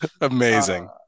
Amazing